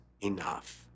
enough